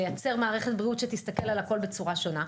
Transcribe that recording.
לייצר מערכת בריאות שתסתכל על הכל בצורה שונה.